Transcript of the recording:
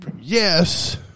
yes